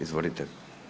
Izvolite.